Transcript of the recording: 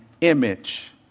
image